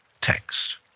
text